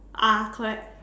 ah correct